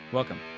Welcome